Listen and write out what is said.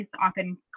often